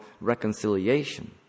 reconciliation